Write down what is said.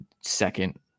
second